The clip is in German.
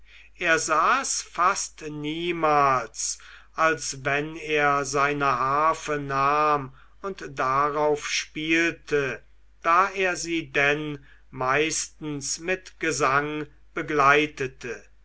er saß fast niemals als wenn er seine harfe nahm und darauf spielte da er sie denn meistens mit gesang begleitete